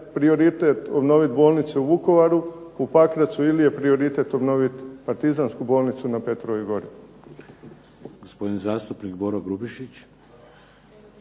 prioritet obnoviti bolnice u Vukovaru i Pakracu ili je prioritet obnoviti partizansku bolnicu na Petrovoj gori.